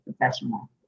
professional